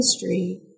history